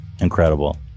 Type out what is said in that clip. Incredible